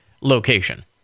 location